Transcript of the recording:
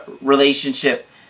relationship